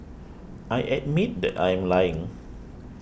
I admit that I am lying